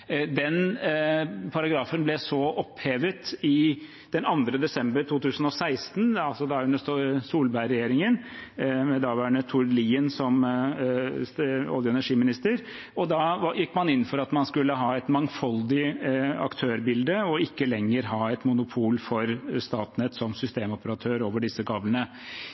Den paragrafen ble så opphevet den 2. desember 2016, da under Solberg-regjeringen, med daværende olje- og energiminister Tord Lien. Da gikk man inn for at man skulle ha et mangfoldig aktørbilde og ikke lenger ha et monopol med Statnett som systemoperatør for disse